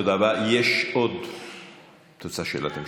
את רוצה שאלת המשך?